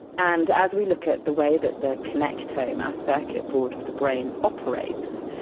and as we look at the way that the connectome, our circuit board of the brain operates,